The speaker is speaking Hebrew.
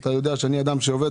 אתה יודע שאני עובד,